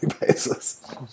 basis